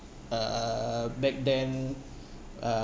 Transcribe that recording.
uh back then uh